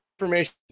information